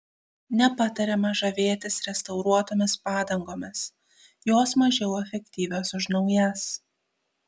nepatariama žavėtis restauruotomis padangomis jos mažiau efektyvios už naujas